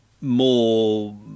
more